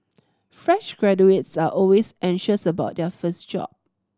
fresh graduates are always anxious about their first job